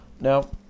now